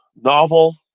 novel